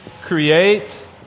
create